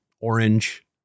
orange